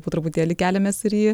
po truputėlį keliamės ir į